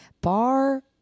bar